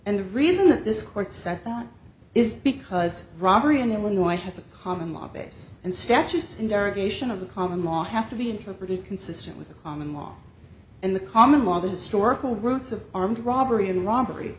and the reason that this court said that is because robbery in illinois has a common law base and statutes interrogation of the common law have to be in for pretty consistent with the common law and the common law the historical roots of armed robbery and robbery